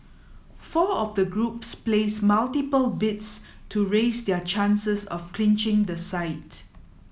four of the groups placed multiple bids to raise their chances of clinching the site